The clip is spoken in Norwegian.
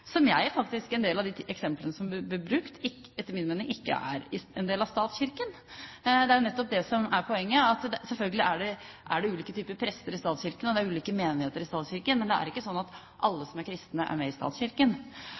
En del av de eksemplene som ble brukt, hører etter min mening faktisk ikke inn under statskirken. Det er nettopp det som er poenget: Selvfølgelig er det ulike typer prester i statskirken, og det er ulike menigheter i statskirken, men det er ikke slik at alle som er kristne, er med i statskirken.